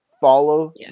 Follow